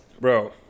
Bro